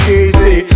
easy